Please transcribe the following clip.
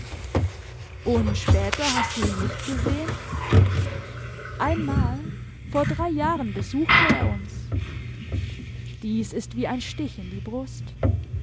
und später hast du ihn nicht gesehen einmal vor drei jahren besuchte er uns dies ist wie ein stich in die brust